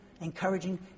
encouraging